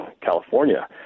california